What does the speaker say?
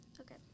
Okay